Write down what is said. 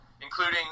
including